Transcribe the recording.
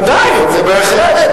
ודאי, בהחלט.